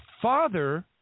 father